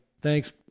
Thanks